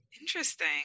Interesting